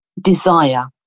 desire